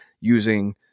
using